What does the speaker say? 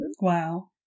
Wow